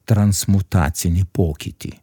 transmutacinį pokytį